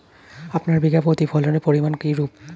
আপনার বিঘা প্রতি ফলনের পরিমান কীরূপ?